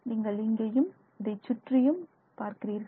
நீங்கள் இங்கேயும் இதைச் சுற்றியும் பார்க்கிறீர்கள்